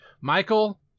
Michael